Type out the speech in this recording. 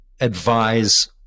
advise